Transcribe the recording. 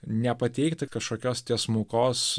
nepateikti kažkokios tiesmukos